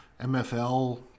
MFL